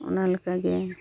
ᱚᱱᱟ ᱞᱮᱠᱟᱜᱮ